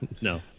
No